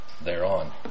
thereon